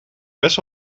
best